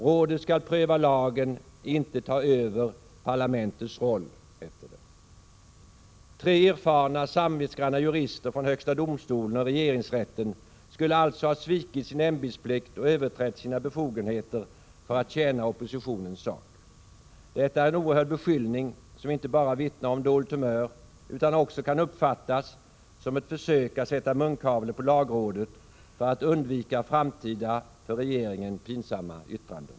Rådet skall pröva lagen, inte ta över parlamentets roll.” Tre erfarna, samvetsgranna jurister från högsta domstolen och regeringsrätten skulle alltså ha svikit sin ämbetsplikt och överträtt sina befogenheter för att tjäna oppositionens sak! Detta är en oerhörd beskyllning, som inte bara vittnar om dåligt humör utan också kan uppfattas som ett försök att sätta munkavle på lagrådet för att undvika framtida för regeringen pinsamma yttranden.